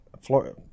Florida